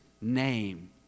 name